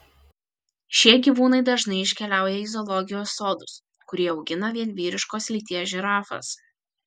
šie gyvūnai dažnai iškeliauja į zoologijos sodus kurie augina vien vyriškos lyties žirafas